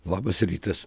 labas rytas